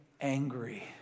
angry